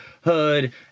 hood